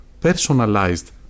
personalized